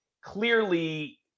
clearly